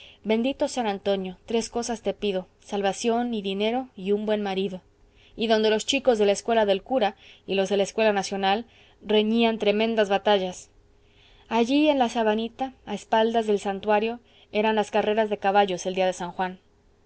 bendito san antonio tres cosas te pido salvación y dinero y un buen marido y donde los chicos de la escuela del cura y los de la escuela nacional reñían tremendas batallas allí en la sabanita a espaldas del santuario eran las carreras de caballos el día de san juan